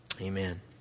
Amen